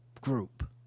group